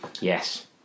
yes